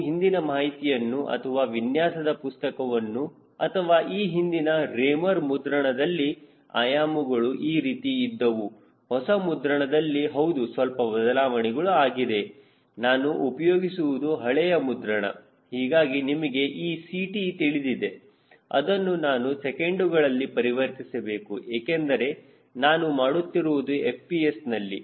ನೀವು ಹಿಂದಿನ ಮಾಹಿತಿಯನ್ನು ಅಥವಾ ವಿನ್ಯಾಸದ ಪುಸ್ತಕವನ್ನು ಅಥವಾ ಈ ಹಿಂದಿನ ರೇಮರ್ ಮುದ್ರಣದಲ್ಲಿಆಯಾಮಗಳು ಈ ರೀತಿ ಇದ್ದವು ಹೊಸ ಮುದ್ರಣದಲ್ಲಿ ಹೌದು ಸ್ವಲ್ಪ ಬದಲಾವಣೆಗಳು ಆಗಿದೆ ನಾನು ಉಪಯೋಗಿಸುವುದು ಹಳೆಯ ಮುದ್ರಣ ಹೀಗಾಗಿ ನಮಗೆ ಈ Ct ತಿಳಿದಿದೆ ಅದನ್ನು ನಾನು ಸೆಕೆಂಡುಗಳಲ್ಲಿ ಪರಿವರ್ತಿಸಬೇಕು ಏಕೆಂದರೆ ನಾನು ಮಾಡುತ್ತಿರುವುದು FPS ನಲ್ಲಿ